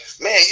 man